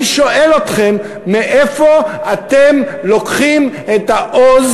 אני שואל אתכם: מאיפה אתם לוקחים את העוז